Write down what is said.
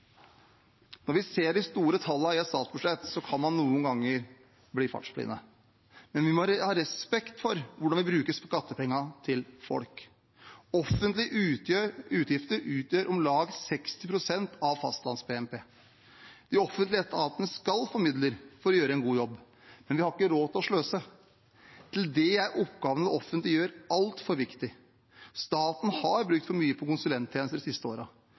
Når man ser de store tallene i et statsbudsjett, kan man noen ganger bli fartsblind. Vi må ha respekt for hvordan vi bruker skattepengene til folk. Offentlige utgifter utgjør om lag 60 pst. av fastlands-BNP. De offentlige etatene skal få midler for å gjøre en god jobb, men vi har ikke råd til å sløse. Til det er oppgavene det offentlige gjør, altfor viktige. Staten har brukt for mye på konsulenttjenester de siste